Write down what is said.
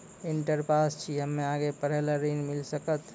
Inter pass छी हम्मे आगे पढ़े ला ऋण मिल सकत?